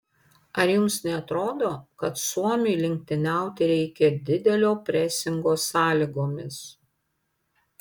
ar jums neatrodo kad suomiui lenktyniauti reikia didelio presingo sąlygomis